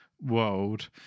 world